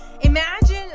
Imagine